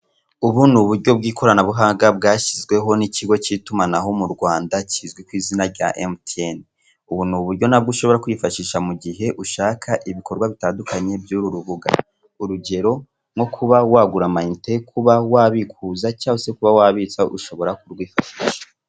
Ubu ni uburyo bw'ikoranabuhanga bwashyizweho n'ikigo cy'itumanaho mu Rwanda kizwi ku izina rya emutiyeni, ubu ni uburyo nabwo ushobora kwifashisha mu gihe ushaka ibikorwa bitandukanye by'uru rubuga urugero nko kuba wagura matin kuba wabikuza cyangwa se kuba wabikutsa ushobora kubikora.